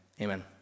amen